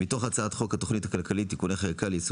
מתוך הצעת חוק התכנית הכלכלית (תיקוני חקיקה ליישום